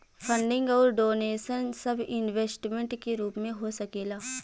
funding अउर donation सब investment के रूप में हो सकेला